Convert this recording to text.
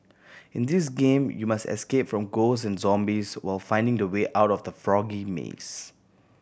in this game you must escape from ghost and zombies while finding the way out of the foggy maze